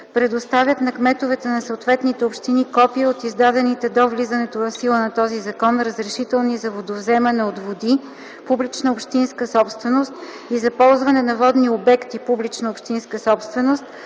предоставят на кметовете на съответните общини копия от издадените до влизане в сила на този закон разрешителни за водовземане от води – публична общинска собственост, и за ползване на водни обекти - публична общинска собственост,